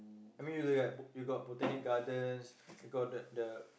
I mean you got like like you got Botanic-Gardens you got the the